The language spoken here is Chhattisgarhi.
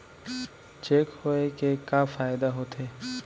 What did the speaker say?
चेक होए के का फाइदा होथे?